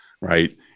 right